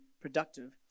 productive